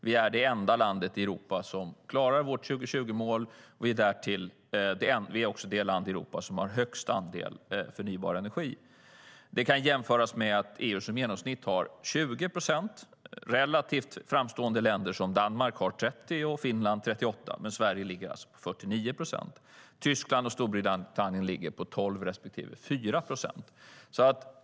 Vi är det enda land i Europa som klarar vårt 2020-mål, och vi är också det land i Europa som har högst andel förnybar energi. Detta kan jämföras med att EU i genomsnitt har 20 procent. Relativt framstående länder som Danmark och Finland har 30 respektive 38 procent, men Sverige ligger alltså på 49 procent. Tyskland och Storbritannien ligger på 12 respektive 4 procent.